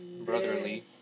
brotherly